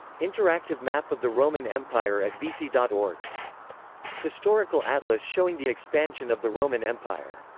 interactive map of the roman empire at vici dot org historical atlas showing the expansion of the roman empire.